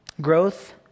Growth